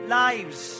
lives